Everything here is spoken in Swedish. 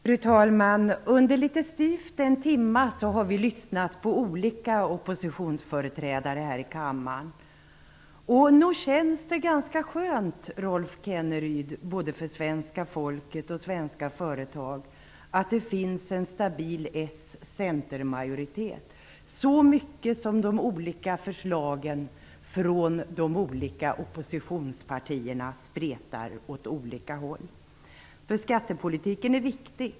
Fru talman! Under litet styvt en timme har vi lyssnat på olika oppositionsföreträdare här i kammaren. Nog känns det ganska skönt, Rolf Kenneryd, både för svenska folket och svenska företag, att det finns en stabil s-c-majoritet, så mycket som de olika förslagen från de olika oppositionspartierna spretar åt olika håll. Skattepolitiken är viktig.